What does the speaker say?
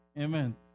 Amen